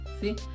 see